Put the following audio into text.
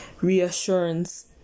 reassurance